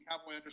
Cowboy